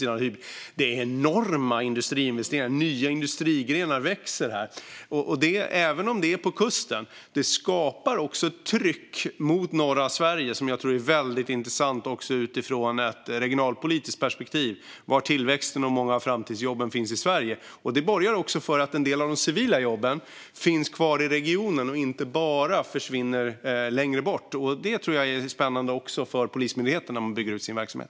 Det är enorma industriinvesteringar. Nya industrigrenar växer här. Även om det är på kusten skapar det också ett tryck mot norra Sverige, som jag tror är väldigt intressant utifrån ett regionalpolitiskt perspektiv och när det gäller var tillväxten och många av framtidsjobben finns i Sverige. Detta borgar också för att en del av de civila jobben kommer att finns kvar i regionen och inte försvinna längre bort. Det tror jag är spännande även för Polismyndigheten när de bygger ut sin verksamhet.